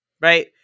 right